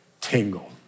tingle